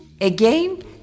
Again